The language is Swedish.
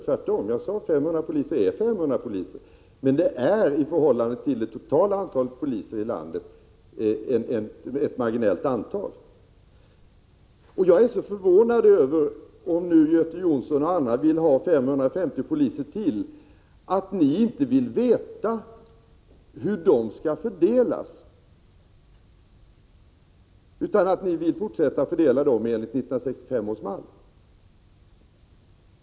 Tvärtom: Jag sade att 500 poliser är 500 poliser. Men detta är i förhållande till det totala antalet poliser i landet ett marginellt antal. Jag är förvånad över att Göte Jonsson och andra som vill ha 550 poliser till inte vill veta hur de tjänsterna skall fördelas utan vill fortsätta att fördela dem enligt 1965 års mall.